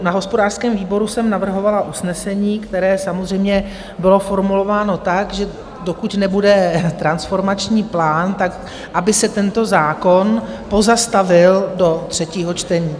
Na hospodářském výboru jsem navrhovala usnesení, které samozřejmě bylo formulováno tak, že dokud nebude transformační plán, tak aby se tento zákon pozastavil do třetího čtení.